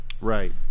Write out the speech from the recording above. Right